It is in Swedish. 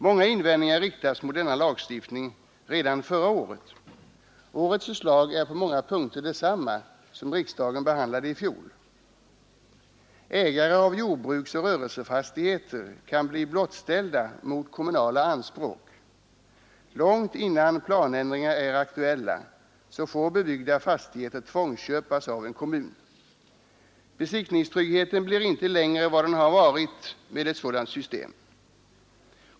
Många invändningar riktades mot denna lagstiftning redan förra året. Årets förslag överensstämmer på många punkter med det förslag som riksdagen behandlade i fjol. Ägare av jordbruk-rörelsefastigheter kan bli blottställda genom kommunala anspråk. Långt innan planändringar är aktuella, får bebyggda fastigheter tvångsköpas av en kommun. Besittningstryggheten blir inte längre vad den har varit med ett sådant system.